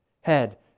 Head